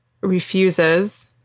refuses